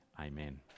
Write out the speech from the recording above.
Amen